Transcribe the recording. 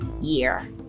year